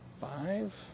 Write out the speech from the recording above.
five